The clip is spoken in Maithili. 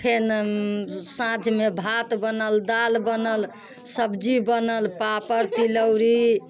फेन साँझमे भात बनल दालि बनल सब्जी बनल पापड़ तिलौरी